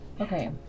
Okay